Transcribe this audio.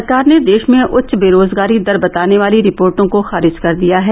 सरकार ने देश में उच्च बेरोजगारी दर बताने वाली रिपोर्टो को खारिज कर दिया है